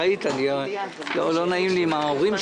היה דיון כמעט לילה שלם בנושא הקדמת הבחירות.